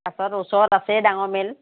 পাছত ওচৰত আছে ডাঙৰ মিল